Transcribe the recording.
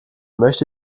möchte